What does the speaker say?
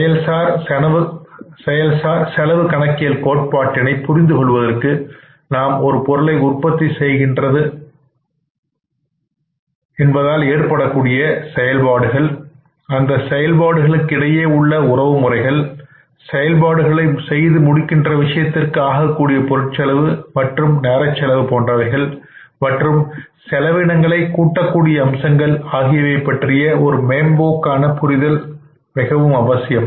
செயல் சார் செலவு கணக்கியல் கோட்பாட்டினை புரிந்துகொள்வதற்கு நாம் ஒரு பொருளை உற்பத்தி செய்கின்றது ஏற்படக்கூடிய செயல்பாடுகள் அந்த செயல்பாடுகளைக் இடையே உள்ள உறவு முறைகள் செயல்பாடுகளை செய்து முடிக்கின்ற விஷயத்திற்கு ஆகக்கூடிய பொருட் செலவு நேரம் செலவு போன்றவைகள் மற்றும் செலவினங்களை கூட்டக்கூடிய அம்சங்கள் ஆகியவை பற்றிய ஒரு மேம்போக்கான புரிதல் அவசியம்